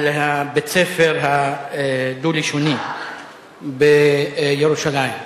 על בית-הספר הדו-לשוני בירושלים.